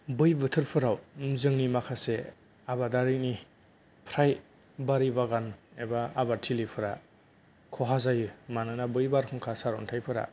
बै बोथोरफोराव जोंनि माखासे आबादारिनि फ्राय बारि बागान एबा आबादथिलिफोरा खहा जायो मानोना बै बारहुंखा सारअन्थाइफोरा